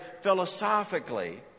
philosophically